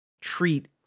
treat